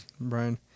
Brian